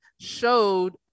showed